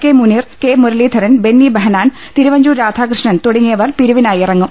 K Muneer K Muraleedharan Benny Behanan Thiruvanchoor Radhakrishnan തുടങ്ങിയവർ fund പിരിവിനായി ഇറങ്ങും